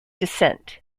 dissent